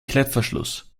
klettverschluss